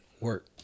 work